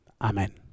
amen